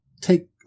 take